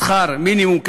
שכר מינימום כבוגר,